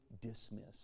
dismiss